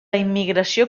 immigració